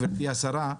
גברתי השרה,